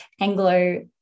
Anglo